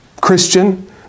Christian